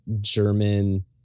German